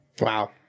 Wow